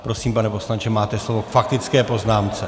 Prosím, pane poslanče, máte slovo k faktické poznámce.